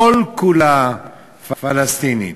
כל-כולה פלסטינית.